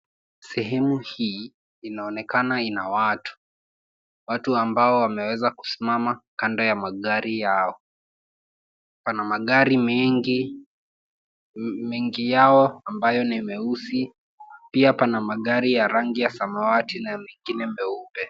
Sehemu hii inaonekana ina watu, watu ambao wameweza kusimama kando ya magari yao. Pana magari mengi, mengi yao ambayo ni meusi. Pia pana magari ya rangi ya samawati na mengine meupe.